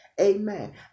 Amen